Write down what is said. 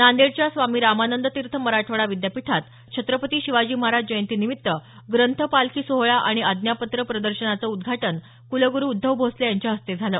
नांदेडच्या स्वामी रामानंद तीर्थ मराठवाडा विद्यापीठात छत्रपती शिवाजी महाराज जयंती निमित्त ग्रंथ पालखी सोहळा आणि आज्ञापत्र प्रदर्शनाचं उद्घाटन कुलगुरु उद्धव भोसले यांच्या हस्ते झालं